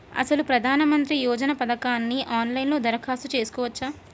అసలు ప్రధాన మంత్రి యోజన పథకానికి ఆన్లైన్లో దరఖాస్తు చేసుకోవచ్చా?